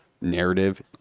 narrative